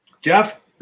Jeff